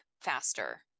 faster